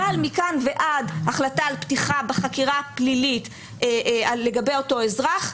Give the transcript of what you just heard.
אבל מכאן ועד החלטה על פתיחה בחקירה פלילית לגבי אותו אזרח,